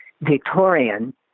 Victorian